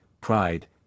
pride